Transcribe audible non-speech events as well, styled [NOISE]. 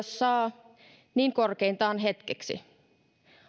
[UNINTELLIGIBLE] saa niin korkeintaan hetkeksi